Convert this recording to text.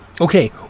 okay